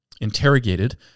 interrogated